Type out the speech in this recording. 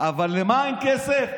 אבל לְמה אין כסף?